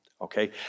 okay